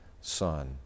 Son